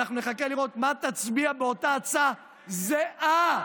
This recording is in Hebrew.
אנחנו נחכה לראות מה תצביע באותה הצעה זהה.